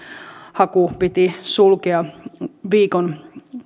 haku piti sulkea viikon